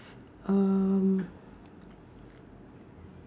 um